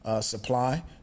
supply